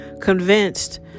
convinced